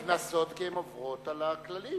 הן נקנסות כי הן עוברות על הכללים.